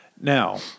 Now